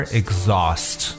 exhaust